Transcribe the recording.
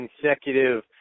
consecutive